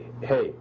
hey